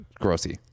grossy